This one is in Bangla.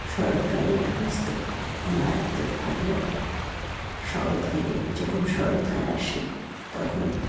শরৎকালের আকাশ তো মারাত্মক ভালো লাগে শরৎকালে যখন শরৎকাল আসে তখন